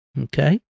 okay